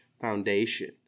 foundation